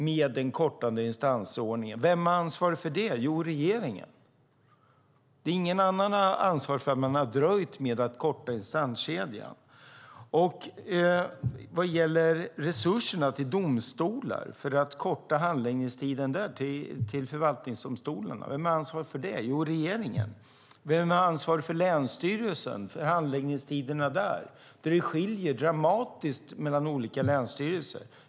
Det låg i byrålådan till 2011. Vem är ansvarig för det? Jo, regeringen. Det är ingen annan som är ansvarig för att man har dröjt med att korta instanskedjan. Vem är ansvarig för resurserna till förvaltningsdomstolarna för att korta handläggningstiderna där? Jo, regeringen. Vem är ansvarig för handläggningstiderna hos länsstyrelserna, som skiljer dramatiskt mellan olika länsstyrelser?